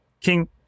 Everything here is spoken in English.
king